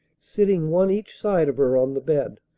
sitting one each side of her on the bed,